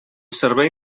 servei